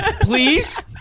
please